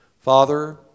Father